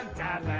that